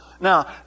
Now